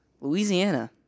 Louisiana